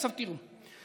עכשיו תראו,